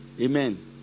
Amen